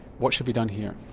what should be done here?